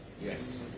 Yes